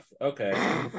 okay